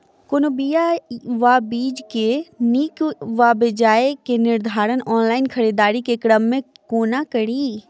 कोनों बीया वा बीज केँ नीक वा बेजाय केँ निर्धारण ऑनलाइन खरीददारी केँ क्रम मे कोना कड़ी?